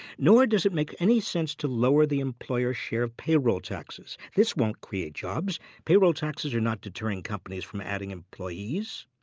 nor does it make any sense to lower the employer share of payroll taxes. this won't create jobs. payroll taxes are not deterring companies from adding employees.